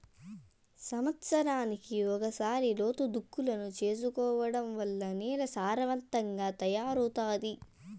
సమత్సరానికి ఒకసారి లోతు దుక్కులను చేసుకోవడం వల్ల నేల సారవంతంగా తయారవుతాది